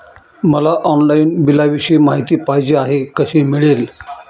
मला ऑनलाईन बिलाविषयी माहिती पाहिजे आहे, कशी मिळेल?